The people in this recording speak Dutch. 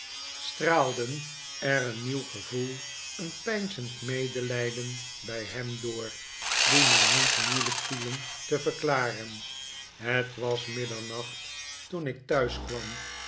straalden er een nieuw gevoel een peinzend medelijden bij hem door die mij niet moeilijk vielen te verklaren het was middernacht toen ik